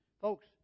Folks